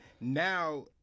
Now